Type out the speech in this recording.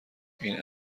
این